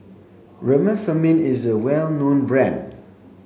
Remifemin is a well known brand